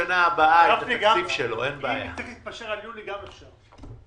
גפני, אם היא תתפשר על יולי, גם אפשר.